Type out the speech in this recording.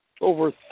over